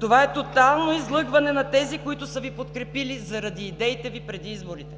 Това е тотално излъгване на тези, които са Ви подкрепили заради идеите Ви преди изборите.